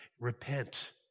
Repent